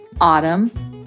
Autumn